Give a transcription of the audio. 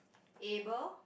Abel